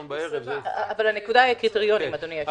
אבל הנקודה היא הקריטריונים, אדוני היושב-ראש.